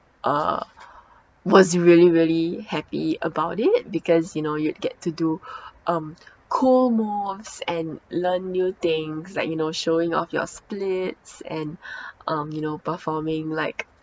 uh was really really happy about it because you know you'd get to do um cool moves and learn new things like you know showing off your splits and um you know performing like